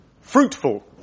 fruitful